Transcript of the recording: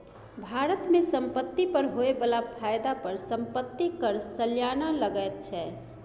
भारत मे संपत्ति पर होए बला फायदा पर संपत्ति कर सलियाना लगैत छै